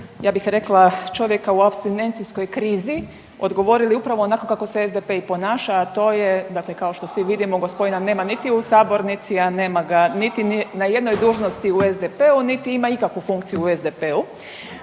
ja bih rekla čovjeka u apstinencijskoj krizi odgovorili upravo onako kako se SDP i ponaša, a to je dakle kao što vidimo gospodina nema niti u sabornici, a nema ga niti na jednoj dužnosti u SDP-u niti ima ikakvu funkciju u SDP-u.